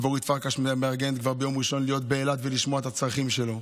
ואורית פרקש מארגנת כבר ביום ראשון להיות באילת ולשמוע את הצרכים שלו.